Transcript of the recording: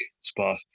spot